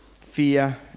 fear